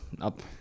up